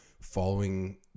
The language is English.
following